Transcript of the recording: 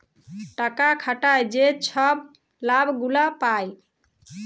টাকা খাটায় যে ছব লাভ গুলা পায়